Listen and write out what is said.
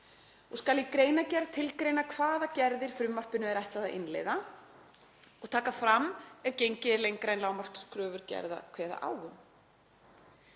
og skal í greinargerð tilgreina hvaða gerðir frumvarpinu er ætlað að innleiða og taka fram ef gengið er lengra en lágmarkskröfur gerða kveða á um.